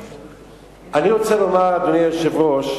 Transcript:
אני רוצה לומר, אדוני היושב-ראש,